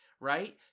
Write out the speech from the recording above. Right